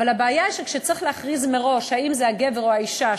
אבל הבעיה היא שצריך להכריז מראש אם הגבר או האישה,